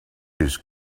his